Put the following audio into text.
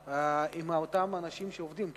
על אותם אנשים שעובדים?